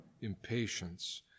impatience